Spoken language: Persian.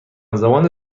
زمان